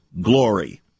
glory